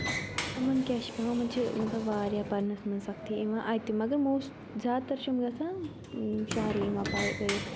یِمَن کیاہ چھِ پیٚوان یِمَن چھِ مطلب واریاہ پَرنَس منٛز سختی یِوان اَتہِ مگر موسٹ زیادٕ تَر چھِ أمۍ گَژھان شَہرٕے یِوان پَرٕ پٔرِتھ